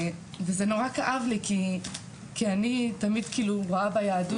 וזה נורא כאב לי כי אני תמיד רואה ביהדות